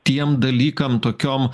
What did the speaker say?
tiem dalykam tokiom